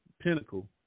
pinnacle